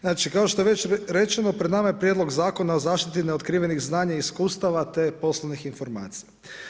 Znači, kao što je već rečeno pred nama je Prijedlog zakona o zaštiti neotkrivenih znanja i iskustava te poslovnih informacija.